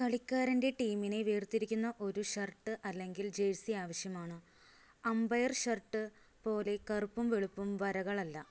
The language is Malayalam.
കളിക്കാരൻ്റെ ടീമിനെ വേർതിരിക്കുന്ന ഒരു ഷർട്ട് അല്ലെങ്കിൽ ജേഴ്സി ആവശ്യമാണ് അമ്പയർ ഷർട്ട് പോലെ കറുപ്പും വെളുപ്പും വരകളല്ല